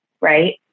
right